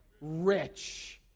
Rich